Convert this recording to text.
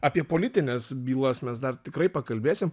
apie politines bylas mes dar tikrai pakalbėsim